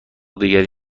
دیگری